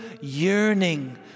yearning